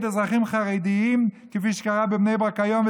אזרחים חרדים כפי שקרה בבני ברק היום,